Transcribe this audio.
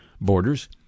borders